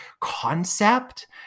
concept